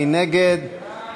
מי נגד?